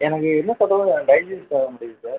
எனக்கு என்ன சாப்பிட்டாலும் டைஜிஸ்ட்டு ஆகமாட்டேங்கிது சார்